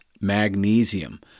magnesium